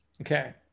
Okay